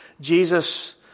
Jesus